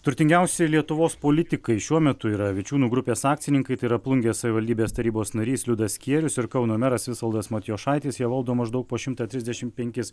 turtingiausi lietuvos politikai šiuo metu yra vičiūnų grupės akcininkai tai yra plungės savivaldybės tarybos narys liudas skierius ir kauno meras visvaldas matijošaitis jie valdo maždaug po šimtą trisdešim penkis